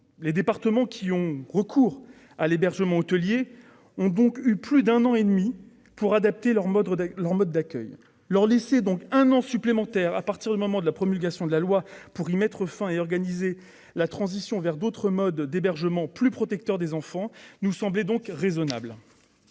Les départements qui ont recours à l'hébergement hôtelier ont donc déjà eu plus d'un an et demi pour adapter leur mode d'accueil. Leur laisser un an de plus à partir de la promulgation de la loi pour y mettre fin et organiser la transition vers d'autres modes d'hébergement plus protecteurs des enfants nous semblait donc raisonnable.